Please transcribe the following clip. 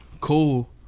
cool